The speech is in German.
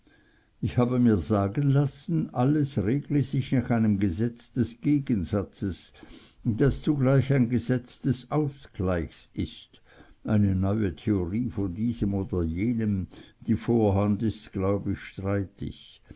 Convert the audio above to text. ich habe mir sagen lassen alles regle sich nach einem gesetz des gegensatzes das zugleich ein gesetz des ausgleichs ist eine neue theorie von diesem oder jenem die vorhand ist glaub ich streitig